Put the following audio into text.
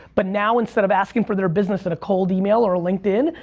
but now instead of asking for their business in a cold email or a linkedin,